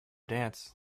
dance